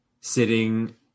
sitting